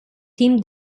team